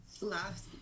last